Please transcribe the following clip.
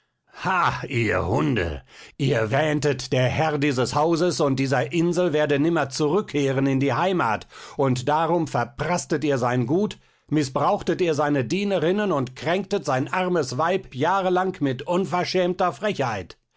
ihr hunde ihr wähntet der herr dieses hauses und dieser insel werde nimmer zurückkehren in die heimat und darum verpraßtet ihr sein gut mißbrauchtet ihr seine dienerinnen und kränktet sein armes weib jahrelang mit unverschämter frechheit